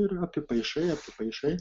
ir apipaišai paišai